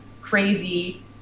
crazy